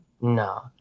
no